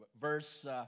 verse